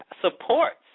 supports